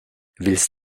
willst